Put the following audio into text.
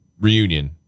reunion